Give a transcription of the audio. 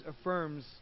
affirms